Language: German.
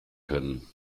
können